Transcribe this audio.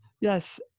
Yes